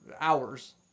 hours